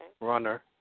Runner